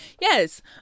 yes